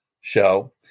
show